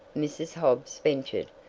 mrs. hobbs ventured.